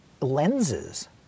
lenses